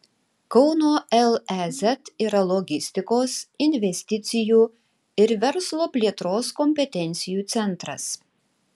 kauno lez yra logistikos investicijų ir verslo plėtros kompetencijų centras